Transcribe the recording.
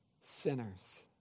sinners